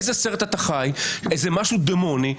איזה משהו דמוני.